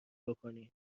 بکنیم